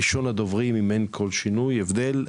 ראשון הדוברים אם אין כל שינוי והבדל,